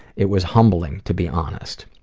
it was humbling to be honest.